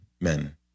men